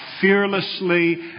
fearlessly